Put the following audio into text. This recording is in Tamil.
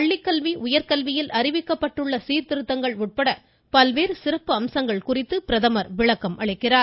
பள்ளிக்கல்வி உயர்கல்வியில் அறிவிக்கப்பட்ட சீர்திருத்தங்கள் உட்பட பல்வேறு சிறப்பு அம்சங்கள் குறித்து பிரதமர் விளக்கம் அளிக்கிறார்